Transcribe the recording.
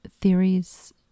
theories